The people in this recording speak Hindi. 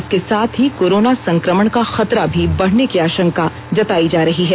इसके साथ ही कोरोना संक्रमण का खतरा भी बढ़ने की आशंका जतायी जा रही है